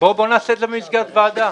בוא נעשה את זה במסגרת ועדה,